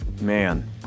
Man